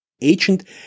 agent